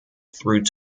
through